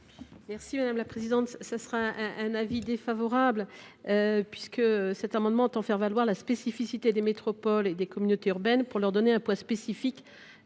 l’avis de la commission ? Il est défavorable, puisque cet amendement tend à faire valoir la spécificité des métropoles et des communautés urbaines pour leur donner un poids spécifique